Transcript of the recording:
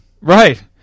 Right